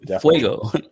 Fuego